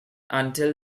until